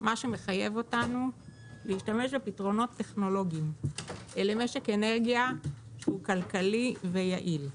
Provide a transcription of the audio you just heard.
מה שמחייב אותנו להשתמש בפתרונות טכנולוגיים למשק אנרגיה כלכלי ויעיל.